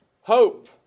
hope